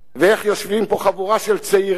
ואיך יושבים פה חבורה של צעירים